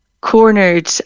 cornered